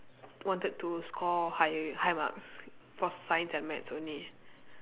wanted to score high high marks for science and maths only